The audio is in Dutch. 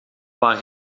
waar